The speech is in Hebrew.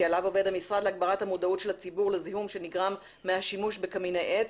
עליו עובד המשרד להגברת מודעות הציבור לזיהום שנגרם מהשימוש בקמיני עץ,